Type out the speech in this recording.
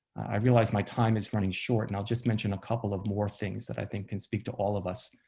i realize my time is running short, and i'll just mention a couple of more things that i think can speak to all of us.